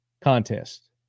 contest